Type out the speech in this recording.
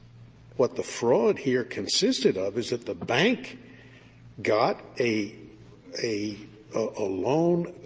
what the fraud here consisted of is that the bank got a a a loan,